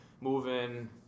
moving